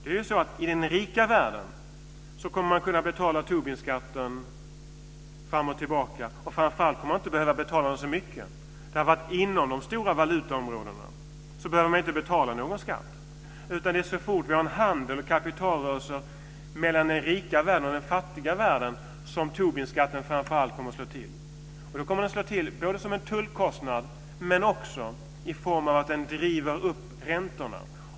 I den rika världen kommer man ju att kunna betala Tobinskatten fram och tillbaka. Framför allt kommer man inte att behöva betala så mycket. Inom de stora valutaområdena behöver man ju inte betala någon skatt. Det är så fort vi har handel och kapitalrörelser mellan den rika världen och den fattiga världen som Tobinskatten framför allt kommer att slå till. Då kommer den att slå till både som en tullkostnad och genom att den driver upp räntorna.